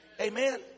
Amen